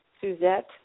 Suzette